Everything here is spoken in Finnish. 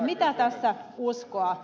mitä tässä uskoa